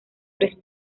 tres